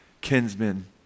kinsmen